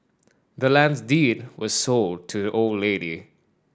the land's deed was sold to the old lady